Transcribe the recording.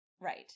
right